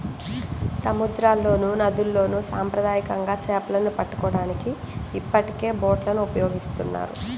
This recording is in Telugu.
సముద్రాల్లోనూ, నదుల్లోను సాంప్రదాయకంగా చేపలను పట్టుకోవడానికి ఇప్పటికే బోట్లను ఉపయోగిస్తున్నారు